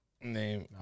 name